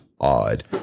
odd